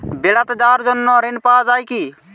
বেড়াতে যাওয়ার জন্য ঋণ পাওয়া যায় কি?